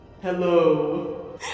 Hello